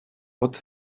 what